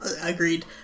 Agreed